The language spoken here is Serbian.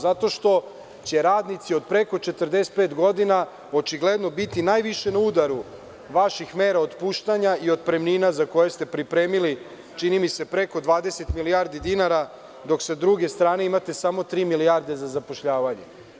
Zato što će radnici od preko 45 godina očigledno biti najviše na udaru vaših mera otpuštanja i otpremnina za koje ste pripremili, čini mi se, preko 20 milijardi dinara, dok sa druge strane imate samo tri milijarde za zapošljavanje.